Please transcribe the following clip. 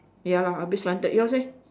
ya lah a bit slanted yours eh